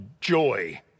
joy